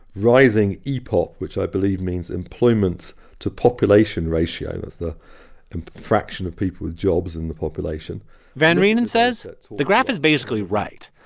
rising epop, which i believe means employment to population ratio as the and fraction of people with jobs in the population van reenen says the graph is basically right.